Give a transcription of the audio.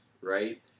Right